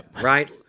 right